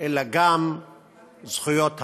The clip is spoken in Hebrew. אלא גם זכויות המיעוט.